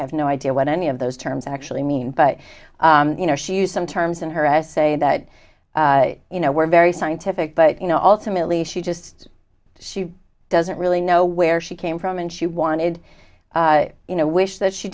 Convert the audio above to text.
have no idea what any of those terms actually mean but you know she used some terms in her essay that you know were very scientific but you know ultimately she just she doesn't really know where she came from and she wanted you know wish that she